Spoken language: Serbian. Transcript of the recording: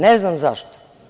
Ne znam zašto.